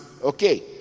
Okay